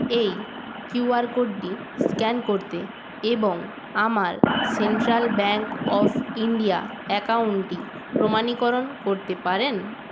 এই কিউআর কোডটি স্ক্যান করতে এবং আমার সেন্ট্রাল ব্যাঙ্ক অফ ইণ্ডিয়া অ্যাকাউন্টটি প্রমাণীকরণ করতে পারেন